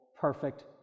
perfect